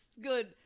good